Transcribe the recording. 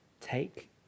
Take